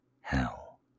hell